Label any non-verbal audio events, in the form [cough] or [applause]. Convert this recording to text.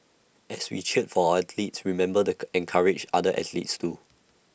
as we cheer for athletes remember the [noise] encourage other athletes too